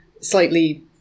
slightly